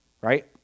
right